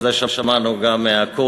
ואת זה שמענו גם מאקוניס,